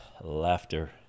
laughter